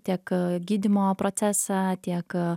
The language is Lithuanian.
tiek gydymo procesą tiek